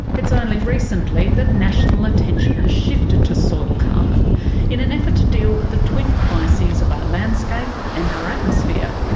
it's only recently that national attention has shifted to soil carbon in an effort to deal with the twin crises of our landscape and our atmosphere.